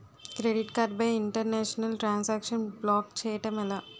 Credit card పై international transaction block చేయటం ఎలా?